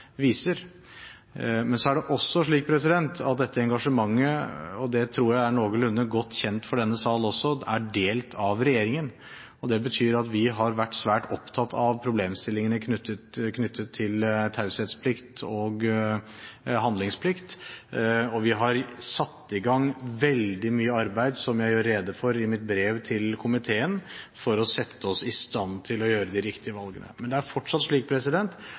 viser. Så er det også slik at dette engasjementet, og det tror jeg er noenlunde godt kjent for denne sal også, deles av regjeringen. Det betyr at vi har vært svært opptatt av problemstillingene knyttet til taushetsplikt og handlingsplikt, og vi har satt i gang veldig mye arbeid, som jeg gjorde rede for i mitt brev til komiteen, for å sette oss i stand til å gjøre de riktige valgene. Det er fortsatt slik